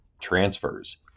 transfers